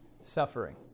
suffering